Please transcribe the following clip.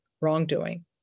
wrongdoing